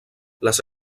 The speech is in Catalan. les